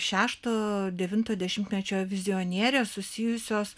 šešto devinto dešimtmečio vizionierės susijusios